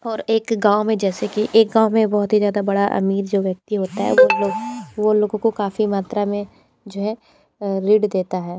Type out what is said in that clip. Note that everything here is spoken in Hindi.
और एक गाँव में जैसे की एक गाँव में बहुत ही ज़्यादा बड़ा अमीर जो व्यक्ति होता है वो लोगों को काफ़ी मात्रा में जो है ऋण देता है